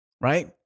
right